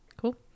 Cool